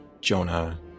Jonah